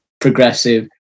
progressive